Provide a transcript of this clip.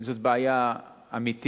זו בעיה אמיתית,